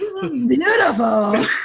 beautiful